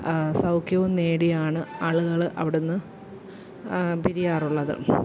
സൗഖ്യവും നേടിയാണ് ആളുകൾ അവിടെ നിന്ന് പിരിയാറുള്ളത്